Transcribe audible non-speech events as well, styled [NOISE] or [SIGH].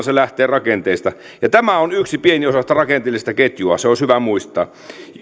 [UNINTELLIGIBLE] se lähtee rakenteista ja tämä on yksi pieni osa sitä rakenteellista ketjua se olisi hyvä muistaa